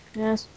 yes